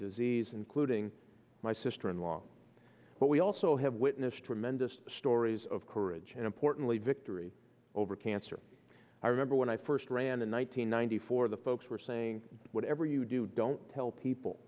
disease including my sister in law but we also have witnessed tremendous stories of courage and importantly victory over cancer i remember when i first ran in one thousand nine hundred four the folks were saying whatever you do don't tell people